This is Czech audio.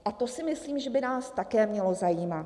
A to si myslím, že by nás také mělo zajímat.